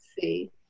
see